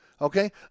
okay